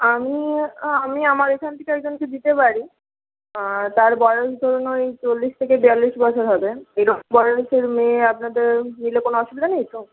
আমি আমি আমার এখান থেকে একজনকে দিতে পারি তার বয়স ধরুন ওই চল্লিশ থেকে বিয়াল্লিশ বছর হবে এরকম বয়সের মেয়ে আপনাদের দিলে কোনো অসুবিধা নেই তো